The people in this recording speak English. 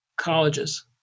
colleges